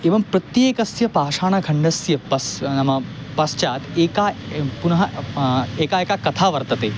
एवं प्रत्येकस्य पाषाणखण्डस्य तस्य नाम पश्चात् एकम् एवं पुनः एक एका कथा वर्तते